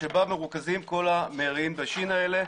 שבהם מרוכזים כול המרעין בישין האלה,